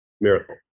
Miracle